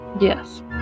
Yes